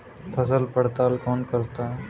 फसल पड़ताल कौन करता है?